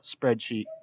spreadsheet